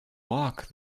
walk